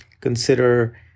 Consider